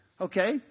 okay